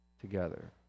together